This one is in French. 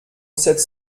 sept